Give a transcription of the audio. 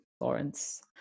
Lawrence